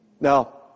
Now